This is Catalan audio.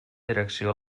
direcció